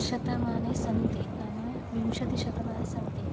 शतमाने सन्ति नाम विंशतिः शतमाने सन्ति